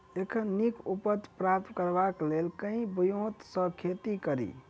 एखन नीक उपज प्राप्त करबाक लेल केँ ब्योंत सऽ खेती कड़ी?